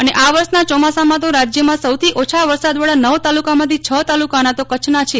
અને આ વષના ચોમાસામાં તો રાજયમાં સૌથી ઓછા વરસાદવાળા નવ તાલુકાઓમાંથી છ તાલુકા તો કચ્છના છે